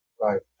Right